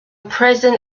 present